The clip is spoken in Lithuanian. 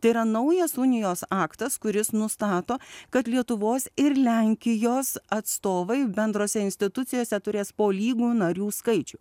tai yra naujas unijos aktas kuris nustato kad lietuvos ir lenkijos atstovai bendrose institucijose turės po lygų narių skaičių